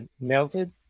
melted